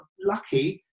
lucky